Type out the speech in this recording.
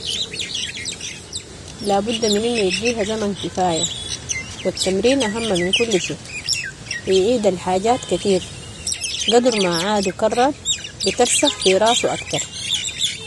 لا بد من انو يديها زمن كفايه والتمرين اهم من كل شئ ، ويعيد الحاجات كتير قدر ما عاد وكرر بترسخ في راسه اكتر.